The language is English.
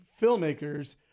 filmmakers